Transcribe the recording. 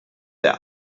der